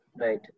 Right